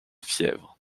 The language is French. fièvre